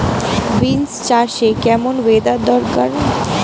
Beans চাষে কেমন weather দরকার?